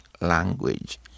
language